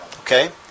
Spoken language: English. Okay